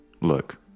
Look